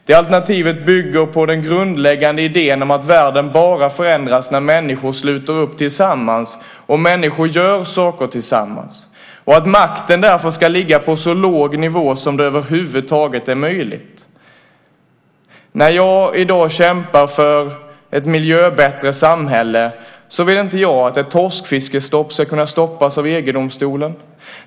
Det alternativet bygger på den grundläggande idén om att världen bara förändras när människor sluter upp tillsammans och när människor gör saker tillsammans, och att makten därför ska ligga på så låg nivå som över huvud taget är möjligt. När jag i dag kämpar för ett miljöbättre samhälle vill inte jag att ett torskfiskestopp ska kunna stoppas av EG-domstolen.